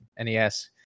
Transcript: NES